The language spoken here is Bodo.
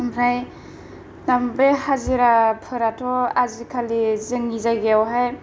ओमफ्राय दा बे हाजिरा फोराथ' आजिखालि जोंनि जायगायावहाय